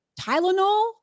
Tylenol